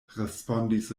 respondis